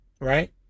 right